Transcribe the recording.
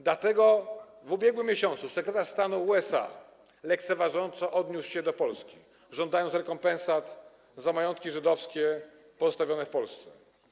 Dlatego w ubiegłym miesiącu sekretarz stanu USA lekceważąco odniósł się do Polski, żądając rekompensat za majątki żydowskie pozostawione w Polsce.